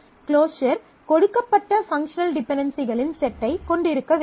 closure கொடுக்கப்பட்ட functional டிபென்டென்சிகளின் செட்டைக் கொண்டிருக்க வேண்டும்